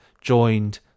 joined